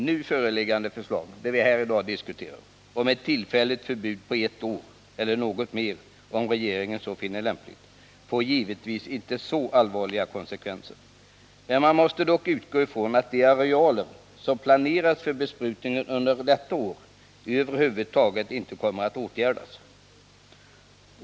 Nu föreliggande förslag om ett tillfälligt förbud på ett år eller något mer om regeringen så finner lämpligt får givetvis inte så allvarliga konsekvenser. Man måste dock utgå ifrån att de arealer som planerats för besprutning under detta år över huvud taget inte kommer att åtgärdas.